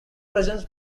presents